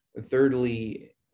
thirdly